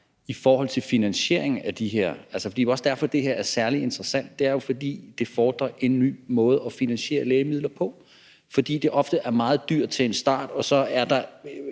i forhold til finansiering af det her? Det er jo også derfor, det her er særlig interessant. Det er jo, fordi det fordrer en ny måde at finansiere lægemidler på, fordi det ofte er meget dyrt til en start, mens der